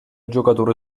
giocatore